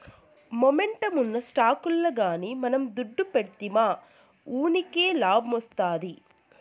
momentum ఉన్న స్టాకుల్ల గానీ మనం దుడ్డు పెడ్తిమా వూకినే లాబ్మొస్తాది